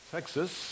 Texas